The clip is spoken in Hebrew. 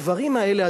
הדברים האלה,